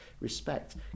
respect